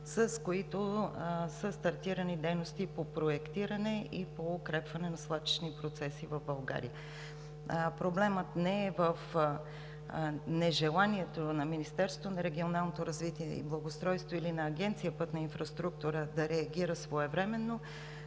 с които са стартирани дейности по проектиране и по укрепване на свлачищните процеси в България. Проблемът не е в нежеланието на Министерството на регионалното развитие и благоустройството или на Агенция „Пътна инфраструктура“ да реагира своевременно.